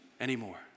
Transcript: anymore